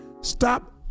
Stop